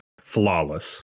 flawless